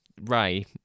Ray